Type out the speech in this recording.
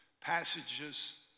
passages